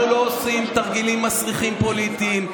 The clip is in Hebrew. אנחנו לא עושים תרגילים מסריחים פוליטיים,